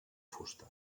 fusta